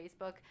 Facebook